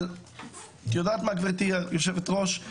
אבל את יודעת מה גברתי יושבת הראש?